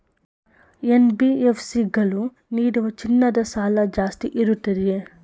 NBFC ಗಳು ನೀಡುವ ಚಿನ್ನದ ಸಾಲ ಜಾಸ್ತಿ ಇರುತ್ತದೆಯೇ?